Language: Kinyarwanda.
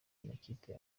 amakipe